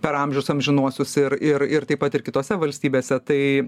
per amžius amžinuosius ir ir ir taip pat ir kitose valstybėse tai